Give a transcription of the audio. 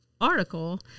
article